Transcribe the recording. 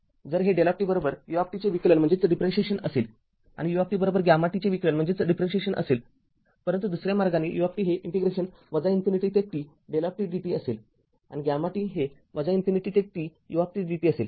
जर हे δ uचे विकलन असेल आणि u γt चे विकलन असेल परंतु दुसऱ्या मार्गाने u हे इंटिग्रेशन इन्फिनिटी ते t δdt असेल आणि γt हे इन्फिनिटी ते tudt असेल